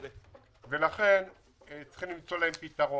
ולכן צריך למצוא להם פתרון.